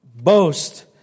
boast